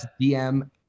DM